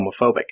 homophobic